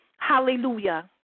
Hallelujah